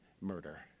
murder